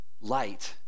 light